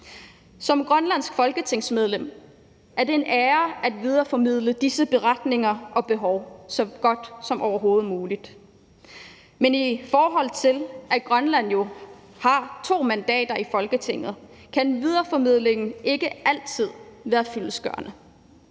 Som grønlandsk folketingsmedlem er det en ære at videreformidle disse beretninger og behov så godt som overhovedet muligt. Men i forhold til at Grønland jo kun har to mandater i Folketinget, kan videreformidlingen ikke altid være fyldestgørende